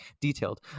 detailed